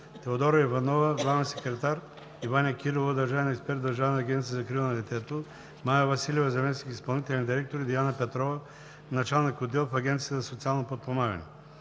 Теодора Иванова – главен секретар, и Ваня Кирилова – държавен експерт в Държавната агенция за закрила на детето, Мая Василева – заместник изпълнителен директор, и Диана Петрова – началник-отдел в Агенцията за социално подпомагане.